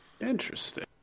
Interesting